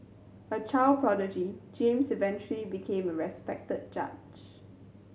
a child prodigy James eventually became a respected judge